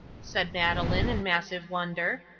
said madeleine, in massive wonder.